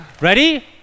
Ready